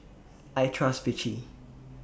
I Trust Vichy